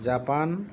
Japan